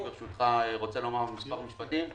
ברשותך, אני רוצה לומר מספר משפטים.